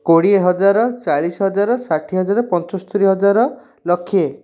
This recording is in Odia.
କୋଡ଼ିଏ ହଜାର ଚାଳିଶ ହଜାର ଷାଠିଏ ହଜାର ପଞ୍ଚସ୍ତରୀ ହଜାର ଲକ୍ଷେ